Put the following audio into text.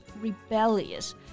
rebellious